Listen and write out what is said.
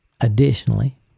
Additionally